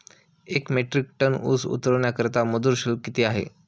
एक metric tonne ऊस उतरवण्याकरता मजूर शुल्क किती आहे?